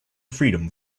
freedom